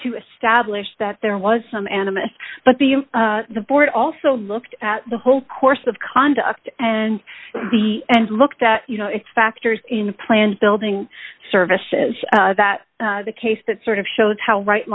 to establish that there was some animus but the the board also looked at the whole course of conduct and the and looked at you know its factors in plans building services that the case that sort of shows how right